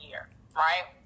right